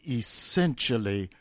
essentially